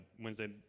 Wednesday